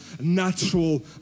natural